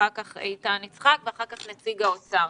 אחריו ידבר איתן יצחק ואחריו נציג האוצר.